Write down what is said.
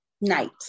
night